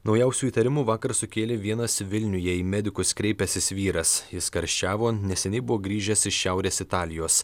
naujausių įtarimų vakar sukėlė vienas vilniuje į medikus kreipęsis vyras jis karščiavo neseniai buvo grįžęs iš šiaurės italijos